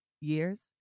Years